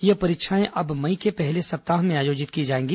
ये परीक्षाएं अब मई के पहले सप्ताह में आयोजित की जाएगी